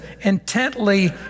intently